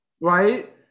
Right